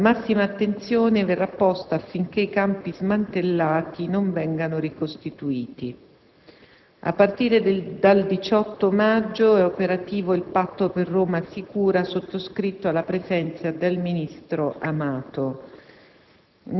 La massima attenzione verrà posta affinché i campi smantellati non vengano ricostituiti. A partire dal 18 maggio è operativo il "patto per Roma sicura", sottoscritto alla presenza del ministro Amato.